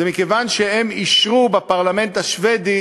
מכיוון שבפרלמנט השבדי